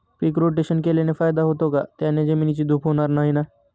पीक rotation केल्याने फायदा होतो का? त्याने जमिनीची धूप होणार नाही ना?